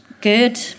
Good